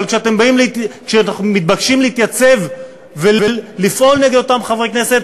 אבל כשאתם מתבקשים להתייצב ולפעול נגד אותם חברי כנסת,